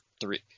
three